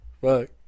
fuck